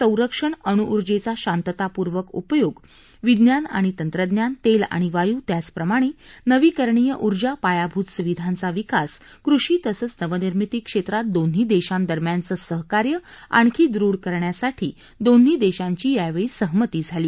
संरक्षण अणुऊर्जेचा शांततापूर्वक उपयोग विज्ञान आणि तंत्रज्ञान तेल आणि वायू त्याचप्रमाणे नवीकरणीय ऊर्जा पायाभूत सुविधांचा विकास कृषी तसंच नवनिर्मिती क्षेत्रात दोन्ही देशांदरम्यानचं सहकार्य आणखी दृढ करण्यासाठी दोन्ही देशांची यावेळी सहमती झाली